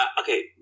Okay